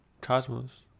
Cosmos